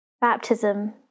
Baptism